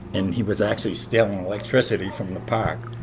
and he was actually stealing electricity from the park.